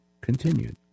continued